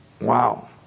Wow